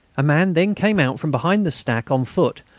a man then came out from behind the stack on foot,